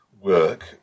work